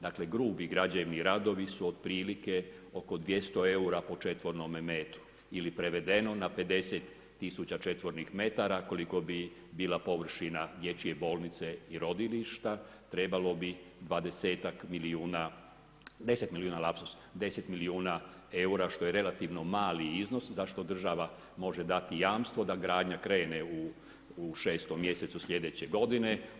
Dakle, grubi građevni radovi su otprilike oko 200 eura po četvornome metru ili prevedeno na 50 tisuća četvornih metara, koliko bi bila površina dječje bolnice i rodilišta trebalo bi 20 milijuna, 10 milijuna, lapsus, 10 milijuna eura, što je relativno mali iznos, zašto država može dati jamstvo da gradnja krene u 6. mjesecu sljedeće godine.